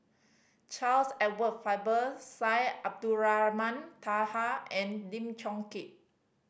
Charles Edward Faber Syed Abdulrahman Taha and Lim Chong Keat